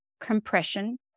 compression